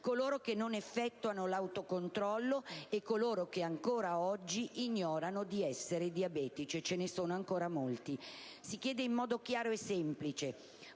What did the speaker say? coloro che non effettuano l'autocontrollo e coloro che ancora oggi ignorano di essere diabetici (ce ne sono ancora molti). Si chiede in modo chiaro e semplice